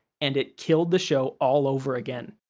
and it killed the show all over again.